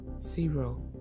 Zero